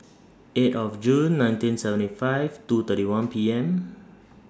eight of June nineteen seventy five two thirty one P M